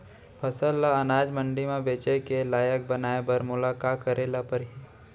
फसल ल अनाज मंडी म बेचे के लायक बनाय बर मोला का करे ल परही?